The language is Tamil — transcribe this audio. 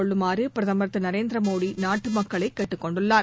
கொள்ளுமாறு பிரதமர் திரு நரேந்திர மோடி நாட்டு மக்களை கேட்டுக்கொண்டுள்ளார்